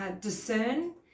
discern